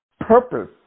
purpose